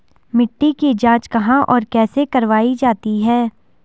मिट्टी की जाँच कहाँ और कैसे करवायी जाती है?